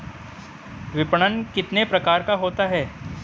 विपणन कितने प्रकार का होता है?